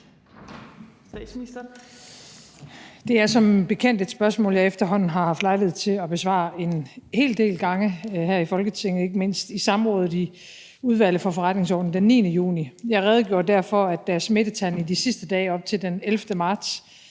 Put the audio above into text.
Det er som bekendt et spørgsmål, jeg efterhånden har haft lejlighed til at besvare en hel del gange her i Folketinget, ikke mindst i samrådet i Udvalget for Forretningsordenen den 9. juni. Jeg redegjorde der for, at da smittetallene i de sidste dage op til den 11. marts